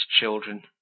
children